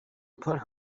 put